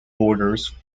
borders